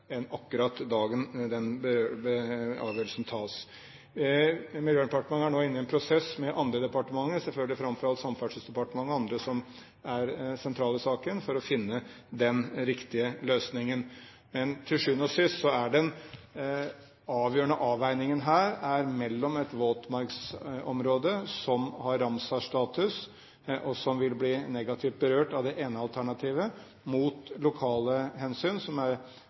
avgjørelsen tas. Miljøverndepartementet er nå inne i en prosess med andre departementer, framfor alt selvfølgelig Samferdselsdepartementet og andre som er sentrale i saken, for å finne den riktige løsningen. Men til syvende og sist er den avgjørende avveiningen her mellom et våtmarksområde som har Ramsar-status, og som vil bli negativt berørt av det ene alternativet, og lokale hensyn,